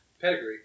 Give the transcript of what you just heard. Pedigree